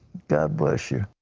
god bless you.